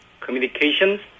communications